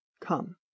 come